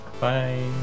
bye